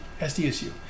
SDSU